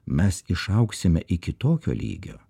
mes išaugsime iki tokio lygio